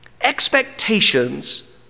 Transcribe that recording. expectations